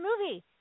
movie